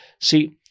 See